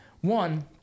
One